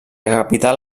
capital